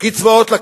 לקחת קצבאות.